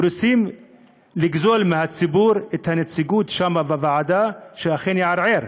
רוצים לגזול מהציבור את הנציגות בוועדה שאכן תערער.